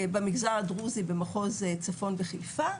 במגזר הדרוזי במחוז צפון וחיפה,